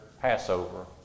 Passover